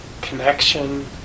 connection